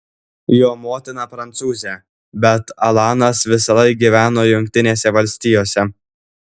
jo motina prancūzė bet alanas visąlaik gyveno jungtinėse valstijose